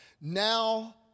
Now